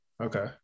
Okay